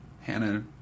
Hannah